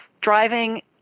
driving